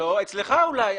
אצלך אולי.